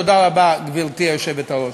תודה רבה, גברתי היושבת-ראש.